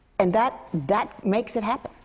and that that makes it happen.